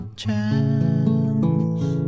chance